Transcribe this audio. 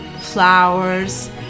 flowers